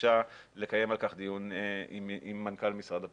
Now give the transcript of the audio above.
ביקשה לקיים על כך דיון עם מנכ"ל משרד הפנים.